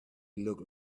looked